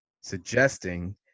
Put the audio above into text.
suggesting